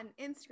instagram